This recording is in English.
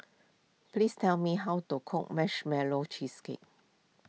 please tell me how to cook Marshmallow Cheesecake